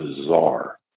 bizarre